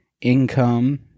income